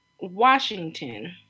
Washington